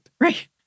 Right